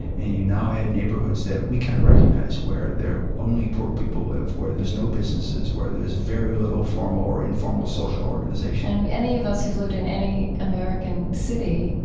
and you now had neighborhoods that we kind of recognize where there only poor people live, where there's no businesses, where there's very little formal or informal social organization and any of us who've lived in any american city,